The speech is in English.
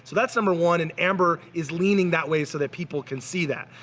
that's number one and amber is leaning that way so that people can see that.